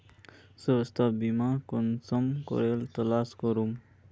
स्वास्थ्य बीमा कुंसम करे तलाश करूम?